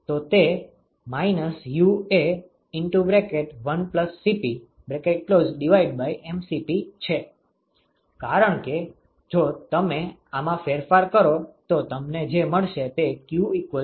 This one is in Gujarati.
તો તે -UA1CpmCp છે કારણ કે જો તમે આમાં ફેરફાર કરો તો તમને જે મળશે તે qUA ∆Tlmtd છે